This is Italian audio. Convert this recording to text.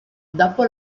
dopo